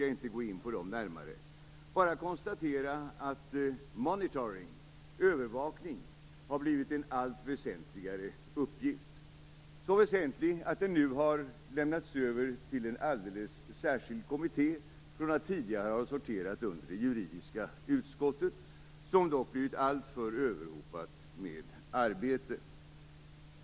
Jag vill bara konstatera att monitoring, övervakning, har blivit en allt väsentligare uppgift, så väsentlig att den nu har lämnats över till en alldeles särskild kommitté, från att tidigare ha sorterat under det juridiska utskottet, som dock blivit alltför överhopat med arbete.